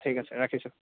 ঠিক আছে ৰাখিছোঁ